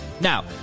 Now